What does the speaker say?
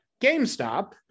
GameStop